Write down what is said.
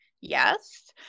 yes